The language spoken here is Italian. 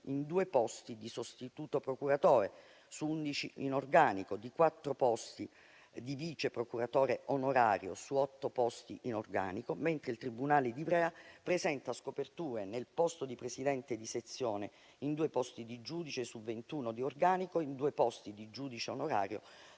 per due posti di sostituto procuratore su undici in organico, per quattro posti di vice procuratore onorario su otto posti in organico, mentre il tribunale di Ivrea presenta scoperture nel posto di presidente di sezione, in due posti di giudice su ventuno di organico e in due posti di giudice onorario